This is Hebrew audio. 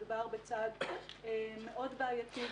מדובר בצעד מאוד בעייתי.